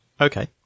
Okay